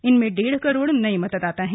इनमें डेढ़ करोड़ नये मतदाता हैं